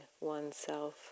oneself